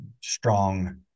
strong